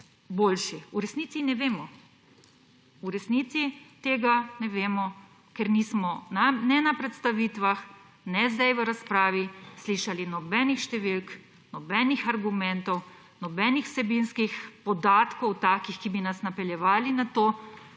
boljši. V resnici ne vemo. V resnici tega ne vemo, ker nismo ne na predstavitvah, ne sedaj v razpravi slišali nobenih številk, nobenih argumentov, nobenih takih vsebinskih podatkov, ki bi nas napeljevali na to,